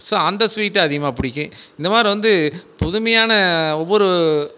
so அந்த ஸ்வீட்டும் அதிகமாக பிடிக்கும் இந்தமாதிரி வந்து புதுமையான ஒவ்வொரு